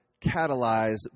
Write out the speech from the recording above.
catalyze